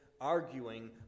arguing